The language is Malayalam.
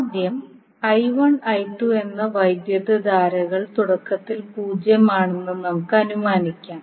ആദ്യം എന്ന വൈദ്യുതധാരകൾ തുടക്കത്തിൽ പൂജ്യമാണെന്ന് നമുക്ക് അനുമാനിക്കാം